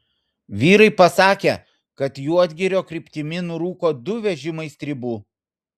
vyrai pasakė kad juodgirio kryptimi nurūko du vežimai stribų